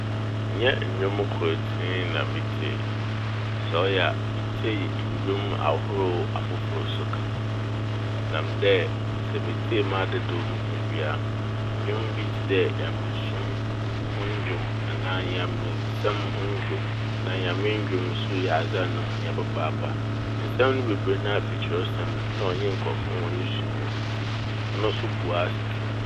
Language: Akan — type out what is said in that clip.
Nnyɛ ndwom kortsee na metsie. Sɛ ɔyɛ a metsie ndwom ahorow afofor so ka ho. Ɔnam dɛ sɛ mitsie m'adadawmu no wie a ndwom bi tse dɛ Nyamesom ho ndwom anaa Nyamesɛm ho ndwom anaa Nyame ndwom so yɛ adze a no ho hia papaapa. Nsɛm no bebree nara fo kyerɛwsɛm no mu na ɔnye nkorɔfo bebree hɔn suahun ntsi ɔno so boa asetsena no.